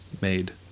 made